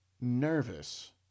nervous